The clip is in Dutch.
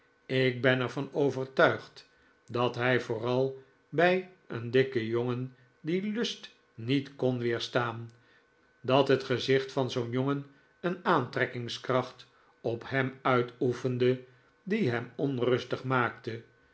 ik ben er van overtuigd dat hij vooral bij een dikken jongen dien lust niet kon weerstaan dat het gezicht van zoo'n jongen een aantrekkingskracht op hem uitoefende die hem onrustig maakte